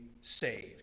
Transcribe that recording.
saved